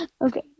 okay